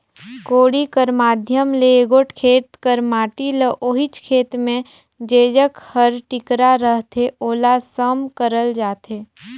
कोड़ी कर माध्यम ले एगोट खेत कर माटी ल ओहिच खेत मे जेजग हर टिकरा रहथे ओला सम करल जाथे